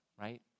right